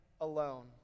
alone